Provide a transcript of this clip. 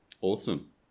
awesome